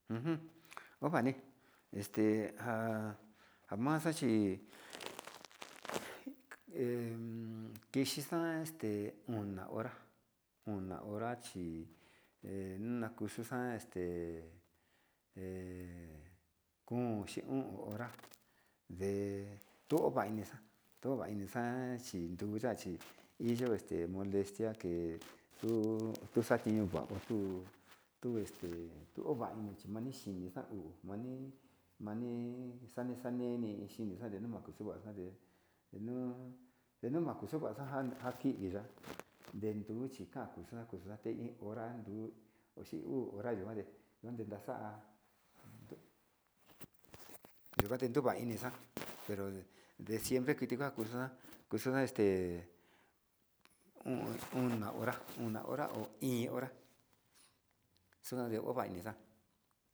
Ujun ovani este nja njamxhia chi emm kixixan este ona hora ona hora chi he nakuxhio ta'a este he kóo xhin o'on hora nde tongovaini ini xa'a tongovaini xa'a chi nduya chi iyo dextia ke kuu tuxatineo okuu tunde to'ovaini chimani chinguu mani mani manixani ini xhinio vanguu kuya xati enuu enuu vaku xumanjaka njakiya ndeduchi kakuxa kakuxa teninja nguu nde uu hora yikuande konde naxa'a yekuate kunva inixa pero de siempre kitixa kuxa kuxaxa este o'on ona hora ho íín hora xoni ova'a ini xa'a.